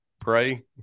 pray